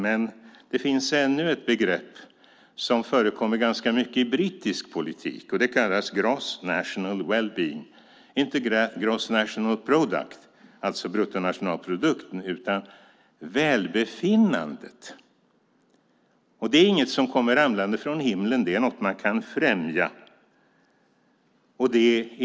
Men det finns ännu ett begrepp, som förekommer ganska mycket i brittisk politik. Det kallas gross national wellbeing. Det handlar inte om gross national product, alltså bruttonationalprodukten, utan om välbefinnandet. Det är inget som kommer ramlande från himlen. Det är något man kan främja.